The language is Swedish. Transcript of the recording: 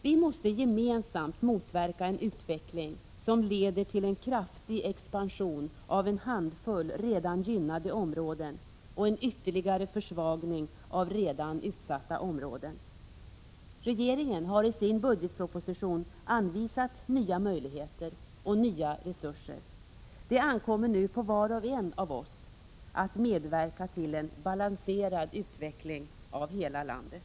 Vi måste gemensamt motverka en utveckling som leder till en kraftig expansion av en handfull redan gynnade områden och en ytterligare försvagning av redan utsatta områden. Regeringen har i sin budgetproposition anvisat nya möjligehter och nya resurser. Det ankommer nu på var och en av oss att medverka till en balanserad utveckling av hela landet.